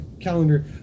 calendar